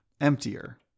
emptier